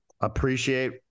Appreciate